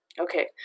Okay